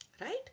Right